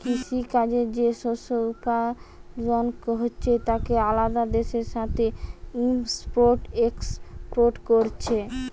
কৃষি কাজে যে শস্য উৎপাদন হচ্ছে তাকে আলাদা দেশের সাথে ইম্পোর্ট এক্সপোর্ট কোরছে